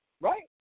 right